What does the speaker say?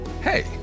hey